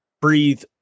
breathe